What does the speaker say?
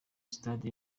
sitade